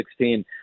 2016